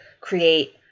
create